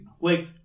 wait